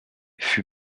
fut